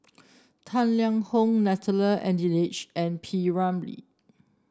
Tang Liang Hong Natalie Hennedige and P Ramlee